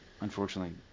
unfortunately